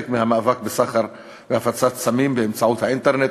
מהמאבק בסחר ובהפצה של סמים באמצעות האינטרנט.